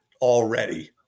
already